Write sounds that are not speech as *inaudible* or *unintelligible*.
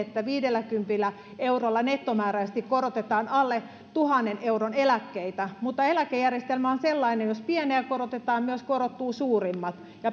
*unintelligible* että viidelläkymmenellä eurolla nettomääräisesti korotetaan alle tuhannen euron eläkkeitä mutta eläkejärjestelmä on sellainen että jos pieniä korotetaan niin myös suurimmat korottuvat